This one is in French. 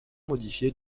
modifiée